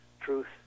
truth